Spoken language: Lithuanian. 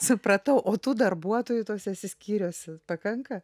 supratau o tų darbuotojų tuose skyriuose pakanka